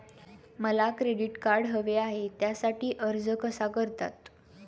मला credit card हवे आहे त्यासाठी अर्ज कसा करतात?